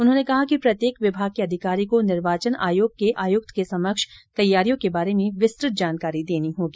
उन्होंने कहा कि प्रत्येक विमाग के अधिकारी को निर्वाचन आयोग के आयुक्त के समक्ष तैयारियों के बारे में विस्तृत जानकारी देनी होगी